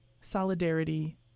solidarity